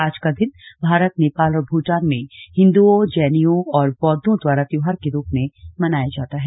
आज का दिन भारत नेपाल और भूटान में हिंदुओं जैनियों और बौद्वों द्वारा त्योहार के रूप में मनाया जाता है